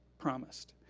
promised.